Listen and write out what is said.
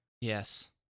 Yes